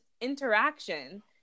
interaction